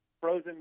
frozen